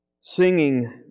Singing